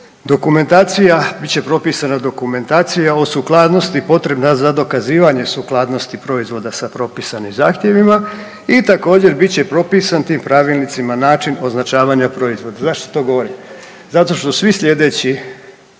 dokumentacija, bit će propisana dokumentacija o sukladnosti potrebna za dokazivanje sukladnosti proizvoda sa propisanim zahtjevima i također, bit će propisan tim pravilnicima način označavanja proizvoda. Zašto to govorim? Zato što svi sljedeći